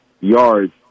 yards